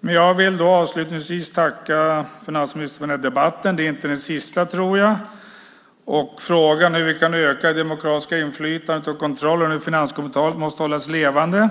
Jag vill avslutningsvis tacka finansministern för debatten. Jag tror inte att det är den sista. Frågan hur vi kan öka det demokratiska inflytandet och kontrollen över finanskapitalet måste hållas levande.